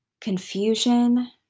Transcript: confusion